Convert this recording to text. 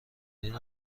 فیلم